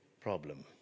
problem